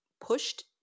pushed